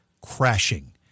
crashing